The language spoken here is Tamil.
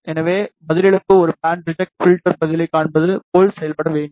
எனவே பதிலளிப்பு ஒரு பேண்ட் ரிஐட்ஃப்ல்டர் பதிலைக் காண்பது போல்செயல்பட வேண்டும்